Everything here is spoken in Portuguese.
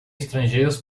estrangeiros